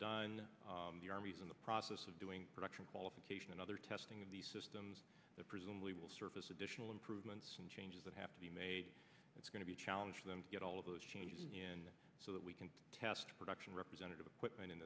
done the army's in the process of doing production qualification and other testing of the systems that presumably will surface additional improvements and changes that have to be made it's going to be challenge them to get all of those changes in so that we can test production representative equipment in